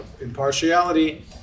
impartiality